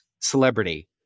celebrity